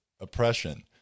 oppression